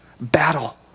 Battle